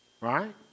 right